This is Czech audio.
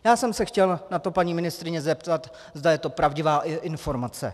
Já jsem se chtěl na to paní ministryně zeptat, zda je to pravdivá informace.